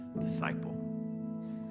disciple